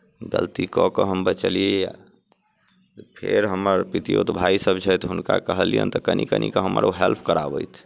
गलती कऽ कऽ हम बचलियैए फेर हमर पितियौत भायसभ छथि हुनका कहलियनि तऽ कनि कनिके हमर ओ हेल्प कराबथि